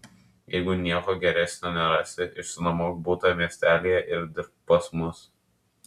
jeigu nieko geresnio nerasi išsinuomok butą miestelyje ir dirbk pas mus